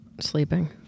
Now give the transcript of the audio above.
sleeping